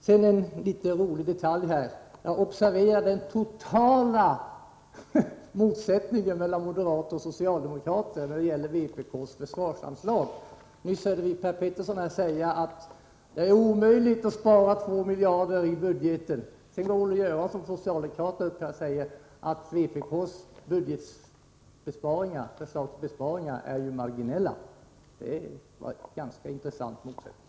Sedan vill jag peka på en rolig detalj: Jag observerade den totala motsättningen mellan moderater och socialdemokrater när det gäller vpk:s försvarsanslag. Nyss hörde vi moderaten Per Petersson säga att det var omöjligt att spara 2 miljarder i budgeten. Sedan sade socialdemokraten Olle Göransson att vpk:s förslag till besparingar var marginella. Det var en ganska intressant motsättning.